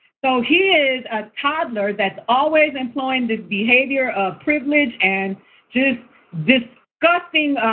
though he is a toddler, that's always employing this behavior of privilege, and just disgusting.